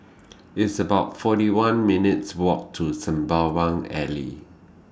It's about forty one minutes' Walk to Sembawang Alley